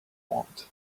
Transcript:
want